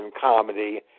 comedy